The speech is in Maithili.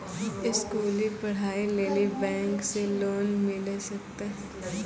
स्कूली पढ़ाई लेली बैंक से लोन मिले सकते?